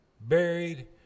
buried